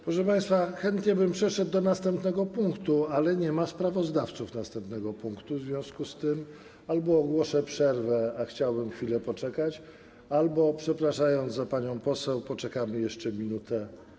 Proszę państwa, chętnie bym przeszedł do następnego punktu, ale nie ma sprawozdawców do następnego punktu, w związku z czym albo ogłoszę przerwę, a chciałbym chwilę poczekać, albo przepraszając za panią poseł, poczekam na nią jeszcze minutę.